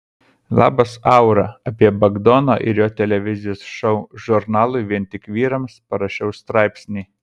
labas aura apie bagdoną ir jo televizijos šou žurnalui vien tik vyrams parašiau straipsnį